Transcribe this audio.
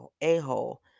a-hole